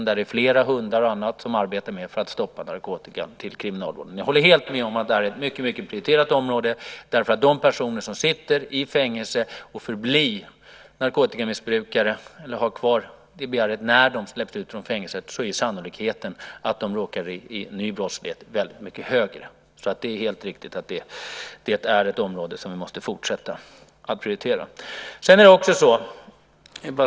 Man arbetar med flera hundar och annat för att stoppa narkotikan till kriminalvården. Jag håller helt med om att detta är ett mycket prioriterat område. För dem som sitter i fängelse och förblir narkotikamissbrukare eller har kvar begäret när de släpps ut är sannolikheten att de råkar i ny brottslighet mycket hög. Det är helt riktigt att det är ett område som vi måste fortsätta att prioritera.